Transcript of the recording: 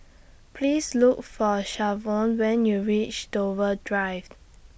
Please Look For Shavonne when YOU REACH Dover Drive